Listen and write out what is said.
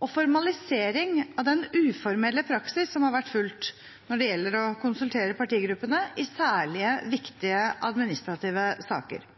og formalisering av den uformelle praksis som har vært fulgt, når det gjelder å konsultere partigruppene i særlig viktige administrative saker.